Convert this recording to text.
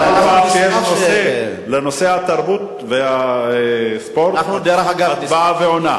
בכל פעם שיש משהו בנושא התרבות והספורט את באה ועונה.